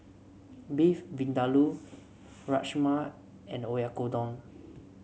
Beef Vindaloo Rajma and Oyakodon